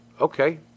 Okay